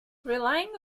relying